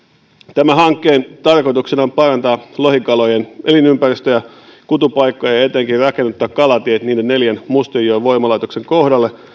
tämän hankkeen tarkoituksena on parantaa lohikalojen elinympäristöjä ja kutupaikkoja ja ja etenkin rakennuttaa kalatiet niiden neljän mustionjoen voimalaitoksen kohdalle